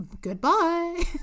goodbye